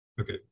Okay